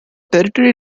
tertiary